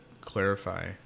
clarify